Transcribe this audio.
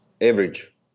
average